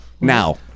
Now